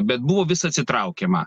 bet buvo vis atsitraukiama